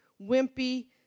wimpy